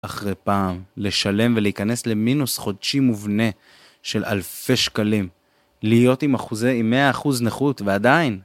אחרי פעם, לשלם ולהיכנס למינוס חודשי מובנה של אלפי שקלים להיות עם אחוזי, עם מאה אחוז נכות ועדיין.